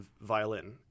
violin